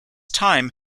time